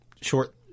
short